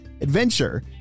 adventure